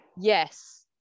Yes